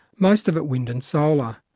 most of it wind and solar,